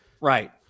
right